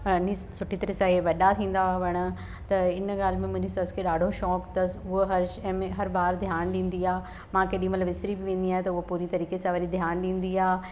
सुठी तरह सां इहे वॾा थींदा वण त हिन ॻाल्हि में मुंहिंजी सस खे ॾाढो शौक़ु अथसि उहा हर शइ में हर बार ध्यानु ॾींदी आहे मां केॾीमहिल विसरी बि वेंदी आहे त उहो पूरी तरीक़े सां वरी ध्यानु ॾींदी आहे